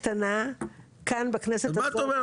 כאן בכנסת הזאת,